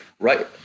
Right